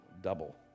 double